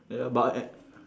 eh but at